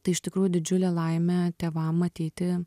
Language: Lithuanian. tai iš tikrųjų didžiulė laimė tėvam matyti